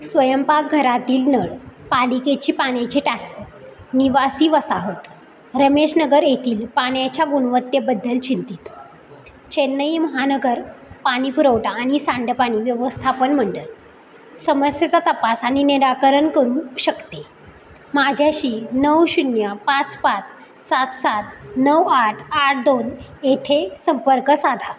स्वयंपाकघरातील नळ पालिकेची पाण्याची टाकी निवासी वसाहत रमेशनगर येथील पाण्याच्या गुणवत्तेबद्दल चिंतीत चेन्नई महानगर पाणी पुरवठा आणि सांडपाणी व्यवस्थापन मंडळ समस्येचा तपास आणि निराकरण करू शकते माझ्याशी नऊ शून्य पाच पाच सात सात नऊ आठ आठ दोन येथे संपर्क साधा